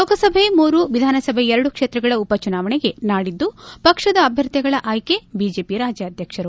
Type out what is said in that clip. ಲೋಕಸಭೆ ಮೂರು ವಿಧಾನಸಭೆಯ ಎರಡು ಕ್ಷೇತ್ರಗಳ ಉಪಚುನಾವಣೆಗೆ ನಾಡಿದ್ದು ಪಕ್ಷದ ಅಭ್ಯರ್ಥಿಗಳ ಆಯ್ಲೆ ಬಿಜೆಪಿ ರಾಜ್ಯಾಧ್ಯಕ್ವರು